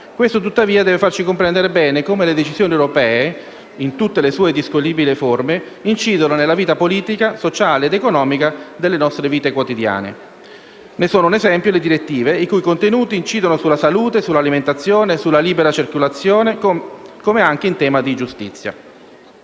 Questo, tuttavia, deve farci comprendere bene come le decisioni europee - in tutte le loro discutibili forme - incidano nella vita politica, sociale ed economica del Paese e nelle nostre vite quotidiane: ne sono un esempio le direttive i cui contenuti incidono sulla salute, sull'alimentazione, sulla libera circolazione, come anche in tema di giustizia.